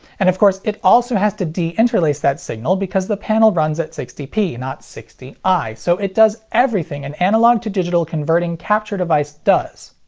and of course it also has to de-interlace that signal because the panel runs at sixty p not sixty i, so it does everything an analog-to-digital converting capture device does.